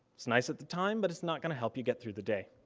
it's nice at the time, but its not gonna help you get through the day.